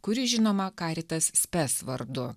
kuri žinoma karitas spes vardu